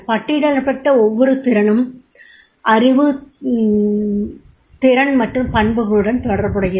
பட்டியலிடப்பட்ட ஒவ்வொரு திறனும் அறிவு திறன் மற்றும் பண்புகளுடன் தொடர்புடையது